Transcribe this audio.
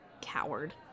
Coward